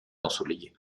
ensoleillés